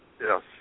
Yes